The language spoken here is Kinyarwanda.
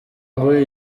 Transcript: ngo